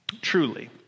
truly